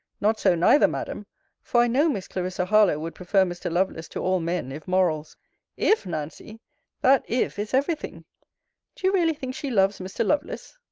not so, neither, madam for i know miss clarissa harlowe would prefer mr. lovelace to all men, if morals if, nancy that if is every thing do you really think she loves mr. lovelace?